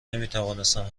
نمیتوانستم